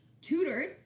tutored